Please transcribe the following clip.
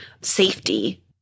safety